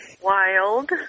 Wild